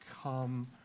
come